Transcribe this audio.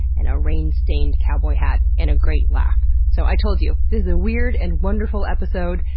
and a rain stained cowboy hat, and a great laugh. so i told you, this is a weird and wonderful episode,